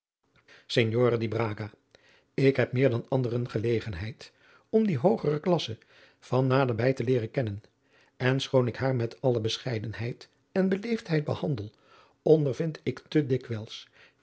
braga ik heb meer dan anderen gelegenheid om die hoogere klassen van nader bij te leeren kennen en schoon ik haar met alle bescheidenheid en beleefdheid behandel ondervind ik te dikwijls